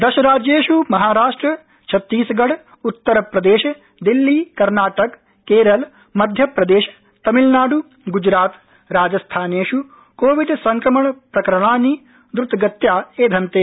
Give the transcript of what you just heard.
दशराज्येष् महाराष्ट्र छत्तीसगढ़ उत्तरप्रदेश दिल्ली कर्नाटक केरल मध्यप्रदेश तमिलनाड़ ग़जरात मिता राजस्थानेष् कोविड संक्रमण प्रकरणानि द्रतगत्या एधन्ते